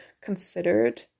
considered